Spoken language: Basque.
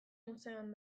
museoan